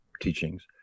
teachings